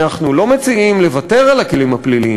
אנחנו לא מציעים לוותר על הכלים הפליליים,